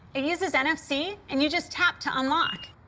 it uses nfc, and you just tap to unlock.